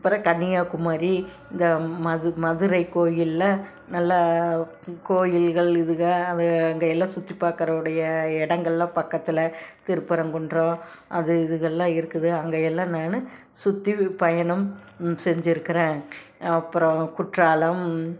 அப்புறம் கன்னியாகுமரி இந்த மது மதுரை கோயில்ல நல்லா கோயில்கள் இதுக அது அங்கேயெல்லாம் சுற்றி பார்க்கறவோடைய இடங்கள்லாம் பக்கத்தில் திருப்பரங்குன்றம் அது இதுகள்லெலாம் இருக்குது அங்கேயெல்லாம் நான் சுற்றி பயணம் செஞ்சிருக்கிறேன் அப்பறம் குற்றாலம்